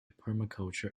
permaculture